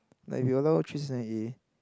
like if we allow three seven A